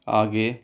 आगे